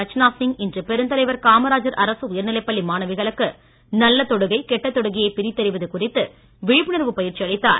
ரச்சனாசிங் இன்று பெருந்தலைவர் காமராஜர் அரசு உயர்நிலைப் பள்ளி மாணவிகளுக்கு நல்ல தொடுகை கெட்ட தொடுகையை பிரித்தறிவது குறித்து விழிப்புணர்வு பயிற்சி அளித்தார்